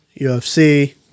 UFC